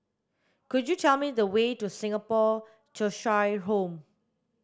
could you tell me the way to Singapore Cheshire Home